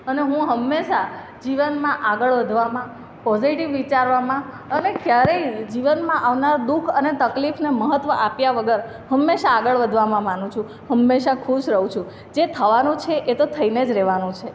અને હું હંમેશા જીવનમાં આગળ વધવામાં પોઝિટિવ વિચારવામાં અને ક્યારેય જીવનમાં આવનાર દુઃખ અને તકલીફને મહત્ત્વ આપ્યા વગર હંમેશા આગળ વધવામાં માનું છું હંમેશા ખુશ રહું છું જે થવાનું છે એ તો થઈને જ રહેવાનું છે